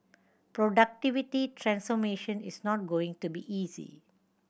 productivity transformation is not going to be easy